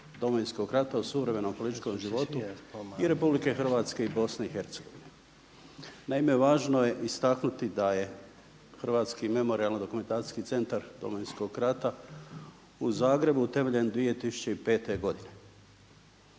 Domovinskog rata u suvremenom političkom životu i RH i BiH. Naime, važno je istaknuti da je Hrvatski memorijalno-dokumentacijski centar Domovinskog rata u Zagrebu utemeljen 2005. godine.